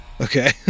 Okay